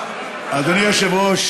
תודה, אדוני יושב-ראש